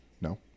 No